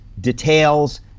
details